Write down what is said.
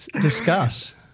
Discuss